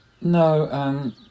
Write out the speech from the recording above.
No